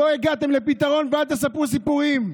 לא הגעתם לפתרון, ואל תספרו סיפורים,